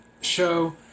show